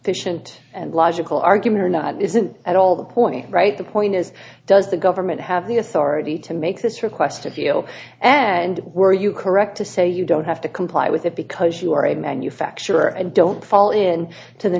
they shouldn't and logical argument or not isn't at all the point right the point is does the government have the authority to make this request to feel and were you correct say you don't have to comply with it because you are a manufacturer and don't fall in to the